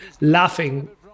laughing